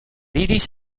iris